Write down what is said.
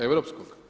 Europskog?